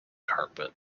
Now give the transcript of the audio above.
carpet